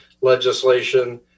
legislation